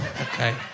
okay